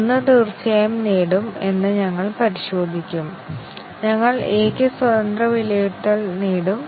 അതിനാൽ ആ പ്രചോദനത്തോടെ ഞങ്ങൾ പരിഷ്ക്കരിച്ച കണ്ടിഷൻ ഡിസിഷൻ കവറേജ് നോക്കും